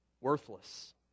worthless